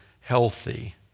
healthy